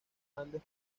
andes